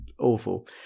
awful